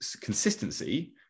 consistency